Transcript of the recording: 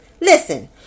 Listen